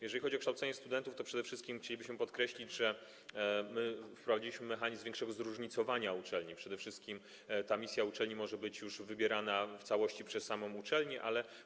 Jeżeli chodzi o kształcenie studentów, przede wszystkim chcielibyśmy podkreślić, że wprowadziliśmy mechanizm większego zróżnicowania uczelni, przede wszystkim misja uczelni, rodzaj misji może być już wybierany w całości przez samą uczelnię.